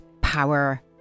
power